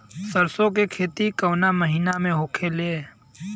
साहब बीमा खुलले के बाद हमके कुछ कागज भी मिली?